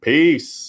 Peace